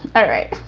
all right